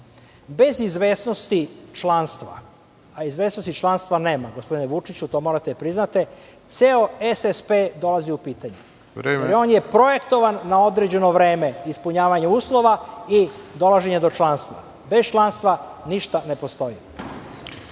Bez izvesnosti članstva, a izvesnosti članstva nema gospodine Vučiću, to morate da priznate, ceo SSP dolazi u pitanje, jer on je projektovan na određeno vreme ispunjavanjem uslova i dolaženjem do članstva. Bez članstva ništa ne postoji.